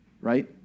right